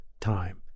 time